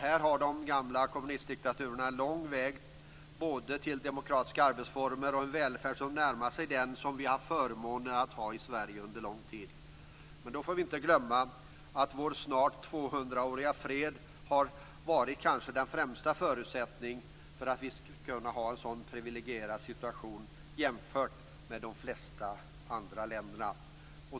Här har de gamla kommunistdiktaturerna en lång väg både till demokratiska arbetsformer och en välfärd som närmar sig den som vi har haft förmånen att ha i Sverige under lång tid. Men då får vi inte glömma att vår snart 200-åriga fred kanske har varit den främsta förutsättningen för att vi har haft en så priviligierad situation jämfört med de flesta andra länder.